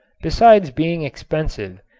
besides being expensive,